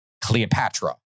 Cleopatra